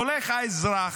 הולך האזרח,